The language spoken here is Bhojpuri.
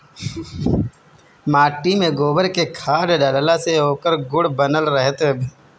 माटी में गोबर के खाद डालला से ओकर गुण बनल रहत हवे